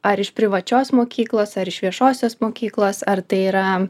ar iš privačios mokyklos ar iš viešosios mokyklos ar tai yra